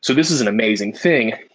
so this is an amazing thing.